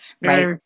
right